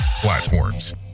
platforms